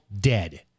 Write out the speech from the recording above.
dead